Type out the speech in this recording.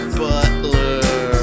butler